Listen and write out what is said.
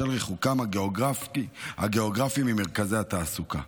בשל ריחוקם הגיאוגרפי ממרכזי התעסוקה".